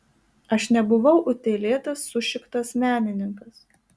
aš nebuvau utėlėtas sušiktas menininkas